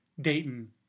Dayton